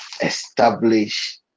establish